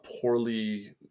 poorly